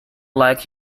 like